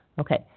Okay